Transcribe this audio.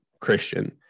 Christian